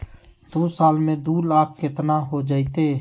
दू साल में दू लाख केतना हो जयते?